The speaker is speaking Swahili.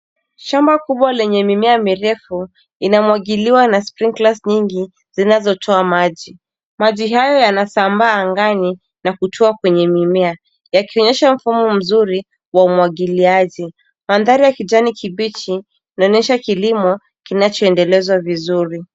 Shamba kubwa lenye mimema mirefu linamwagiliwa na sprinklers nyingi zinazotoa maji. Maji haya yanasambaa angani na kutua kwenye mimea, yakionyesha mfano mzuri wa umwagiliaji. Mandhari ya kijani kibichi kinainyesha kilimo kinachoendelezwa vizuri.